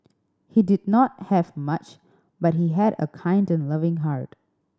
he did not have much but he had a kind and loving heart